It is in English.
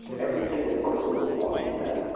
every single person was watching that.